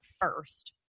first